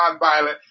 nonviolent